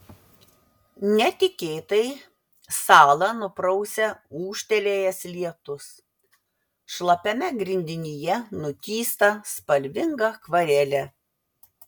netikėtai salą nuprausia ūžtelėjęs lietus šlapiame grindinyje nutįsta spalvinga akvarelė